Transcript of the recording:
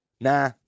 Nah